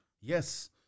Yes